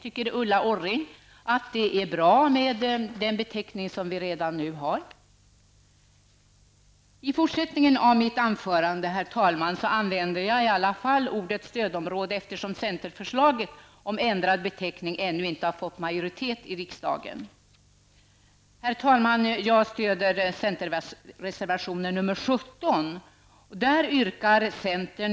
Tycker Ulla Orring att det är bra med den beteckning som vi nu har? I fortsättningen av mitt anförande använder jag ändå ordet stödområde, eftersom centerförslaget om ändrad beteckning ännu inte har fått majoritet i riksdagen. Herr talman! Jag stöder centerreservation 17 under mom. 32.